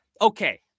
Okay